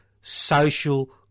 social